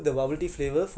mmhmm